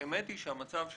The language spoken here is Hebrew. האמת היא שמצב הספורטאים,